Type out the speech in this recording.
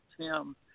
tim